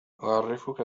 أعرّفك